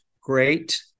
Great